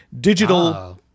digital